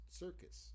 circus